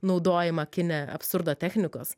naudojimą kine absurdo technikos